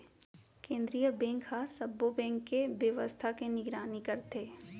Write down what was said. केंद्रीय बेंक ह सब्बो बेंक के बेवस्था के निगरानी करथे